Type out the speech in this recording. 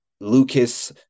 Lucas